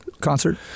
concert